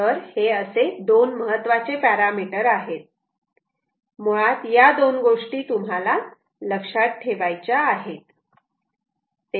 तर हे दोन महत्त्वाचे पॅरामीटर आहेत मुळात या दोन गोष्टी तुम्हाला लक्षात ठेवायच्या आहेत